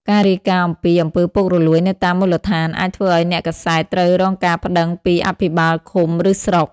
ការរាយការណ៍អំពីអំពើពុករលួយនៅតាមមូលដ្ឋាន អាចធ្វើឱ្យអ្នកកាសែតត្រូវរងការប្តឹងពីអភិបាលឃុំ ឬស្រុក។